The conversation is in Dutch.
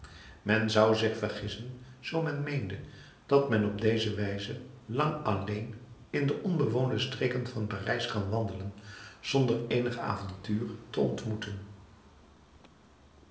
men zou zich vergissen zoo men meende dat men op deze wijze lang alleen in de onbewoonde streken van parijs kan wandelen zonder eenig avontuur te ontmoeten